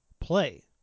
play